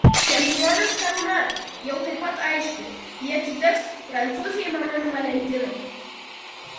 čempionės karūna jau taip pat aiški ji atiteks prancūzei manon valentino